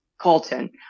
Colton